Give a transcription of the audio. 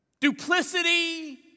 duplicity